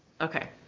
okay